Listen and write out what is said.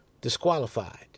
disqualified